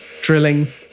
Drilling